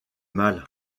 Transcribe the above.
mal